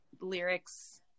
lyrics